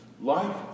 Life